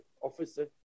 officer